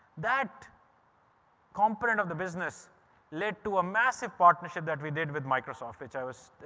that component of the business led to a massive partnership that we did with microsoft, which i was,